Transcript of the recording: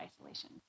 isolation